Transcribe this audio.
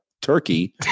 Turkey